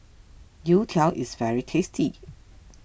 Youtiao is very tasty